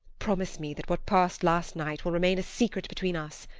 promise me that what passed last night will remain a secret between us.